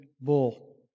bull